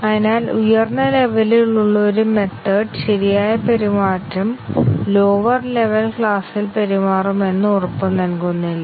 അതിനാൽ ഉയർന്ന ലെവലിൽ ഉള്ള ഒരു മെത്തേഡ് ശരിയായ പെരുമാറ്റം ലോവർ ലെവൽ ക്ലാസിൽ പെരുമാറുമെന്ന് ഉറപ്പുനൽകുന്നില്ല